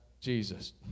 Jesus